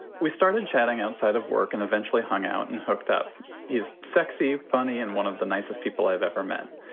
we started chatting outside of work and eventually hung out and hooked up is sexy, funny and one of the nicest people i've ever met.